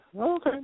Okay